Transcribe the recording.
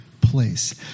place